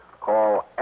Call